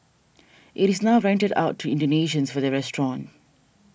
it is now rented out to Indonesians for their restaurant